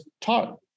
taught